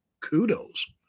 kudos